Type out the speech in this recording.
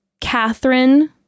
Catherine